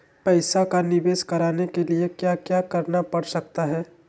पैसा का निवेस करने के लिए क्या क्या करना पड़ सकता है?